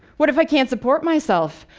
what if i can't support myself?